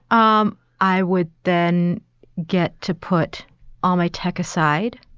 um i would then get to put all my tech aside